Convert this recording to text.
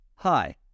Hi